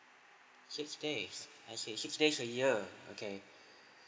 six days I see six days a year